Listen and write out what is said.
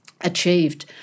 achieved